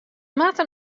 moatte